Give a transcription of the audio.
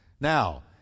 Now